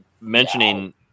Mentioning